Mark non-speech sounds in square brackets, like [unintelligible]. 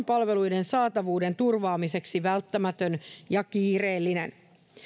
[unintelligible] palveluiden saatavuuden turvaamiseksi välttämättömiä ja kiireellisiä